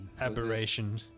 Aberration